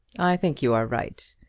i think you are right.